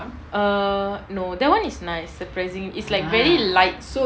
err no that one is nice surprising is like very light